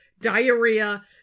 diarrhea